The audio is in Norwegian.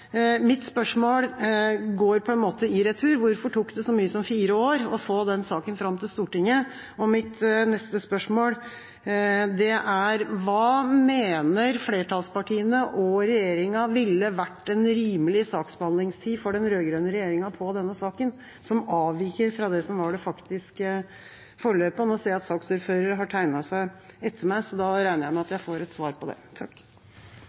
mye som fire år å få denne saken fram til Stortinget? Mitt neste spørsmål er: Hva mener flertallspartiene og regjeringa ville vært en rimelig saksbehandlingstid for den rød-grønne regjeringa på denne saken som avviker fra det som var det faktiske forløpet? Nå ser jeg at saksordføreren har tegnet seg etter meg, så da regner jeg med at jeg får et svar på det.